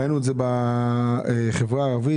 ראינו את זה בחברה הערבית,